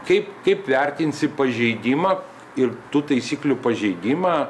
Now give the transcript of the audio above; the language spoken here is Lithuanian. kaip kaip vertinsi pažeidimą ir tų taisyklių pažeidimą